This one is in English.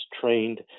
trained